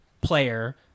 player